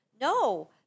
No